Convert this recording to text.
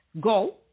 go